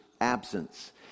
absence